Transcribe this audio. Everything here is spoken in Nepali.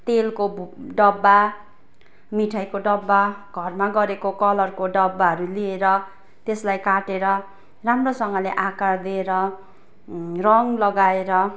तेलको डब्बा मिठाईको डब्बा घरमा गरेको कलरको डब्बाहरू लिएर त्यस्लाई काटेर राम्रोसँगले आकार दिएर रङ लगाएर